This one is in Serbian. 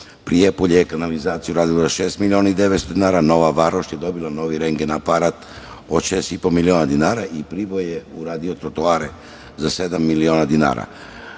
Prijepolje kanalizaciju od šest miliona i 900 dinara, Nova Varoš je dobila novi rendgen aparat od 6,5 miliona dinara i Priboj je uradio trotoare za sedam miliona dinara. Mi